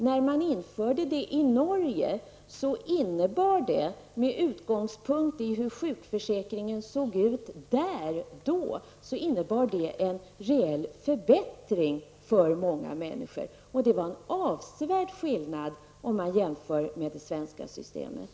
När man införde det i Norge innebar det, med utgångspunkt i hur sjukförsäkringen såg ut där då, en reell förbättring för många människor. Det var en avsevärd skillnad, om man jämför med det svenska systemet.